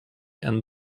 and